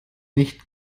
nicht